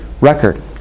record